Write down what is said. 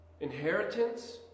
inheritance